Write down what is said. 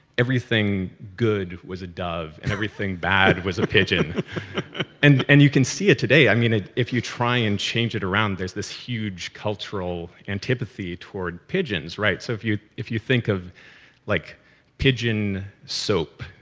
everything good was a dove, and everything bad was a pigeon and and you can see it today. i mean, if you try and change it around, there's this huge cultural antipathy toward pigeons. right. so if you if you think of like pigeon soap,